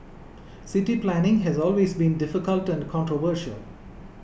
city planning has always been difficult and controversial